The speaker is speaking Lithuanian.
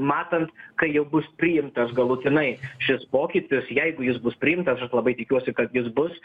matant kai jau bus priimtas galutinai šis pokytis jeigu jis bus priimtas aš labai tikiuosi kad jis bus